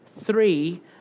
three